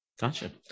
Gotcha